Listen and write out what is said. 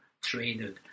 traded